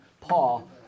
Paul